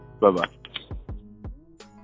Bye-bye